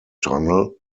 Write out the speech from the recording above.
tunnel